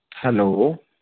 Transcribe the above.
hello